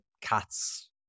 cats